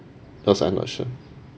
cause I not sure